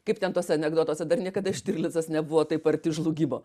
kaip ten tuose anekdotuose dar niekada štirlicas nebuvo taip arti žlugimo